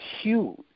huge